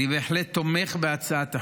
אני בהחלט תומך בהצעת החוק,